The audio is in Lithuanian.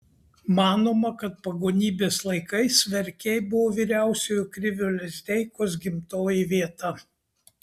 manoma kad pagonybės laikais verkiai buvo vyriausiojo krivio lizdeikos gimtoji vieta